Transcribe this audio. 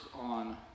on